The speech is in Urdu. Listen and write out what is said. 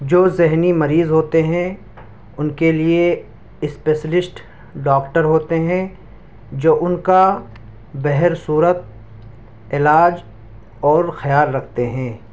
جو ذہنی مریض ہوتے ہیں ان کے لیے اسپیسلشٹ ڈاکٹر ہوتے ہیں جو ان کا بہر صورت علاج اور خیال رکھتے ہیں